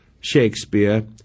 Shakespeare